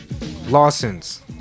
Lawson's